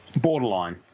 borderline